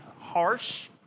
harsh